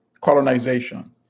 colonization